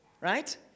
Right